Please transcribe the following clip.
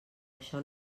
això